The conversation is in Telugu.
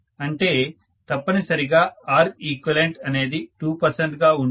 అంటే తప్పనిసరిగా Req అనేది 2 గా ఉంటుంది